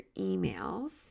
emails